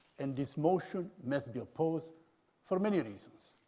and this motion must be opposed for many reasons.